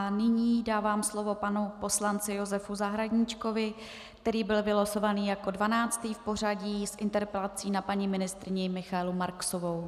Nyní dávám slovo panu poslanci Josefu Zahradníčkovi, který byl vylosován jako dvanáctý v pořadí s interpelací na paní ministryni Michaelu Marksovou.